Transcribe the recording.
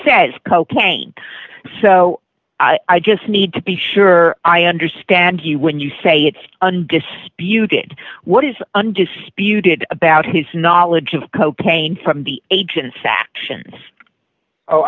says cocaine so i just need to be sure i understand you when you say it's undisputed what is undisputed about his knowledge of cocaine from the agent's